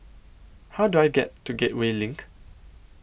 How Do I get to Gateway LINK